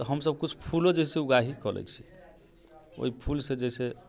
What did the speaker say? तऽ हमसब कुछ फूलो जे है से उगाही कऽ लै छी ओइ फूलसँ जैसे